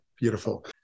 beautiful